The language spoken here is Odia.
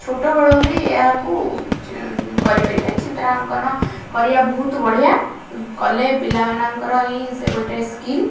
ଛୋଟବେଳୁ ବି ଏହାକୁ କରିପାରିବେ ଚିତ୍ରାଙ୍କନ କରିବା ବହୁତ ବଢ଼ିଆ କଲେ ପିଲାମାନଙ୍କର ହିଁ ସେ ଗୋଟେ ସ୍କିଲ୍